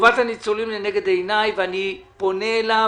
טובת הניצולים לנגד עיני ואני פונה אליו